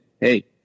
hey